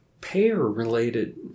payer-related